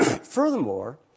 Furthermore